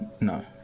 no